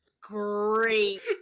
great